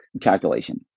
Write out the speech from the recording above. calculation